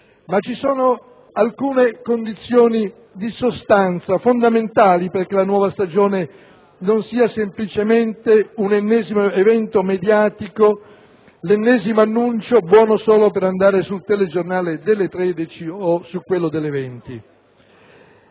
Ma ci sono alcune condizioni di sostanza fondamentali perché la nuova stagione non sia semplicemente un ennesimo evento mediatico, l'ennesimo annuncio buono solo per andare sul telegiornale delle 13 o su quello delle 20.